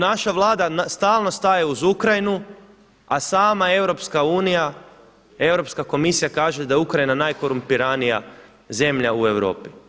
Naša Vlada stalno staje uz Ukrajinu, a sama Europska unija, Europska komisija kaže da je Ukrajina najkorumpiranija zemlja u Europi.